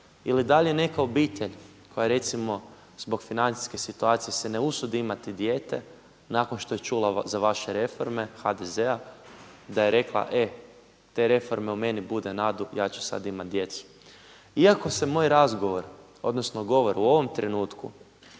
Ili da li je neka obitelj koja recimo zbog financijske situacije se ne usudi imati dijete nakon što je čula za vaše reforme, HDZ-a, da je rekla e, te reforme u meni bude nadu, ja ću sada imati djecu. Iako se moj razgovor, odnosno govor u ovom trenutku